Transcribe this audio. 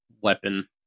weapon